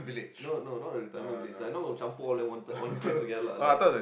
no no not a retirement village like I'm not gonna campur all of them one side one place together lah like